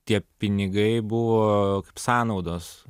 tie pinigai buvo kaip sąnaudos